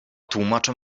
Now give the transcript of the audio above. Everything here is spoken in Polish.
tłumaczą